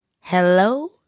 hello